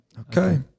okay